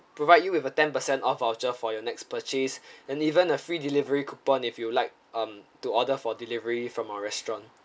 provide you with a ten percent off voucher for your next purchase and even a free delivery coupon if you would like um to order for delivery from our restaurant